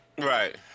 Right